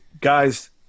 guys